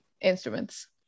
instruments